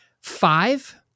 five